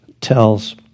tells